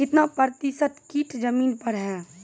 कितना प्रतिसत कीट जमीन पर हैं?